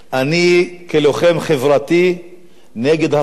אני כלוחם חברתי נגד הפרטה.